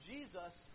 Jesus